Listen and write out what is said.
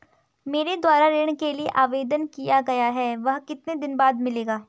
मेरे द्वारा ऋण के लिए आवेदन किया गया है वह कितने दिन बाद मिलेगा?